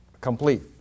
complete